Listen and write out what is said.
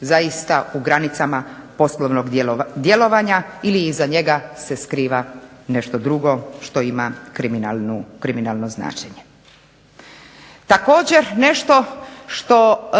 zaista u granicama poslovnog djelovanja ili se iza njega skriva nešto drugo što ima kriminalno značenje. Također nešto što